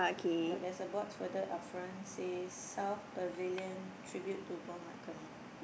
but there's a board further up front says South Pavilion Tribute to Paul-McCartney